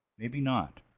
maybe not.